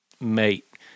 Mate